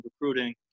recruiting